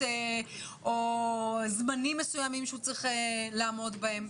או זמנים מסוימים שהוא צריך לעמוד בהם?